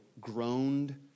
groaned